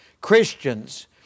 Christians